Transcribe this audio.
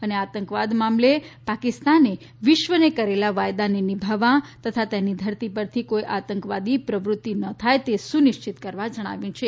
અને આતંકવાદ મામલે પાકિસ્તાને વિશ્વને કરેલા વાયદાને નીભાવવા તથા તેની ધરતી પરથી કોઇ આતંકવાદી પ્રવૃત્તિ ન થાય તે સુનિશ્ચિત કરવા જણાવ્યું છે